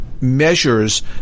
measures